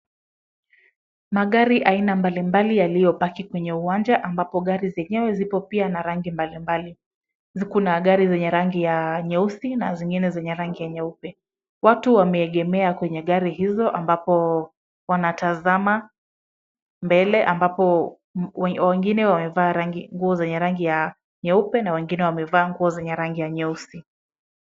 Magari aina mbalimbali yaliyopaki kwenye uwanja ambapo gari zenyewe zipo pia na rangi mbalimbali. Kuna gari zenye rangi ya nyeusi na zingine zenye rangi ya nyeupe. Watu wameegemea kwenye gari hizo ambapo wanatazama mbele, ambapo wengine wamevaa nguo zenye rangi ya nyeupe na wengine wamevaa nguo zenye rangi ya nyeusi.